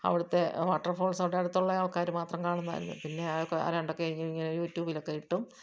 അവിടുത്തെ water falls അവിടെ അടുത്തുള്ള ആൾക്കാർ മാത്രം കാണുന്ന പിന്നെ ആരാണ്ടൊക്കെ ഇങ്ങനെ യൂട്യൂബിലൊക്കെ ഇട്ടു